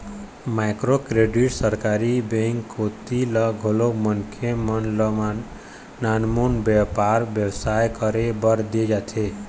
micro credit सरकारी bank कोती ले घलोक मनखे मन ल नानमुन बेपार बेवसाय करे बर देय जाथे